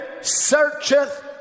searcheth